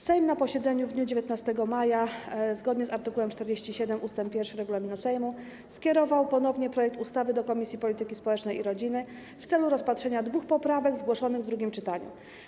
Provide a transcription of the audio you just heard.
Sejm na posiedzeniu w dniu 19 maja, zgodnie z art. 47 ust. 1 regulaminu Sejmu, skierował ponownie projekt ustawy do Komisji Polityki Społecznej i Rodziny w celu rozpatrzenia dwóch poprawek zgłoszonych w drugim czytaniu.